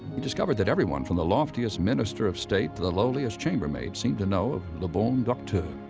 he discovered that everyone, from the loftiest minister of state to the lowliest chambermaid seemed to know of le bon docteur.